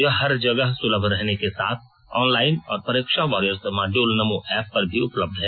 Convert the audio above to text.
यह हर जगह सुलभ रहने के साथ ऑनलाइन और Pariksha warriors module NaMo app पर भी उपलब्ध है